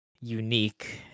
unique